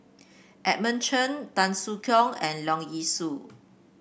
Edmund Cheng Tan Soo Khoon and Leong Yee Soo